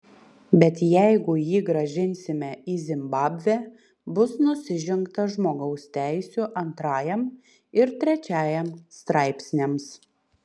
bet jeigu jį grąžinsime į zimbabvę bus nusižengta žmogaus teisių antrajam ir trečiajam straipsniams